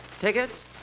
Tickets